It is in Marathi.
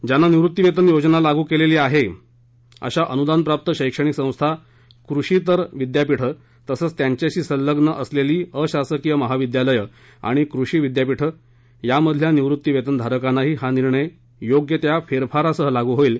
ज्यांना निवृत्तीवेतन योजना लागू केलेली आहे अशा अनुदानप्राप्त शैक्षणिक संस्था कृषीतर विद्यापीठे तसंच त्यांच्याशी संलग्न असलेली अशासकीय महाविद्यालये आणि कृषी विद्यापीठे यांमधील निवृत्तीवेतनधारकांनाही हा निर्णय योग्य त्या फेरफारासह लागू होईल